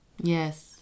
Yes